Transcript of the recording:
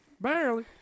Barely